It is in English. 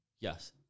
Yes